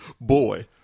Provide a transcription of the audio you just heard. boy